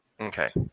Okay